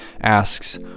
asks